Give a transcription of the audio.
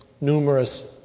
numerous